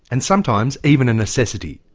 and sometimes even a necessity.